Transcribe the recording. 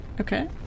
Okay